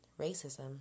racism